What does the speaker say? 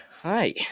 Hi